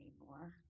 anymore